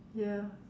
ya